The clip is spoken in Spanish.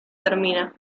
termina